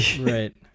Right